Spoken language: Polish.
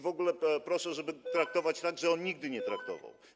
W ogóle proszę, żeby traktować to tak, że on nigdy nie pracował.